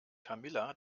camilla